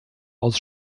aus